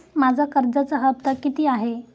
माझा कर्जाचा हफ्ता किती आहे?